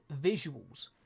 visuals